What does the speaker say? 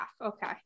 okay